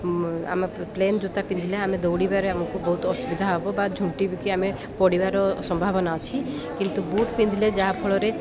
ଆମ ପ୍ଲେନ୍ ଜୋତା ପିନ୍ଧିଲେ ଆମେ ଦୌଡ଼ିବାରେ ଆମକୁ ବହୁତ ଅସୁବିଧା ହବ ବା ଝୁଣ୍ଟିକି ଆମେ ପଡ଼ିବାର ସମ୍ଭାବନା ଅଛି କିନ୍ତୁ ବୁଟ୍ ପିନ୍ଧିଲେ ଯାହାଫଳରେ